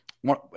one